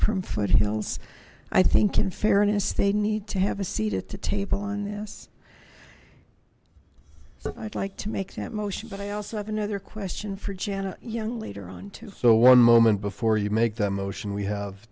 from foothills i think in fairness they need to have a seat at the table on this so i'd like to make that motion but i also have another question for jan a young leader on too so one moment before you make that motion we have